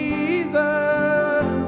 Jesus